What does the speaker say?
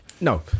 No